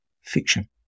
fiction